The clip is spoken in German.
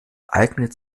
eignet